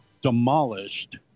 demolished